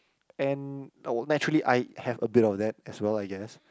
and our naturally eyed have a bit of that as well I guess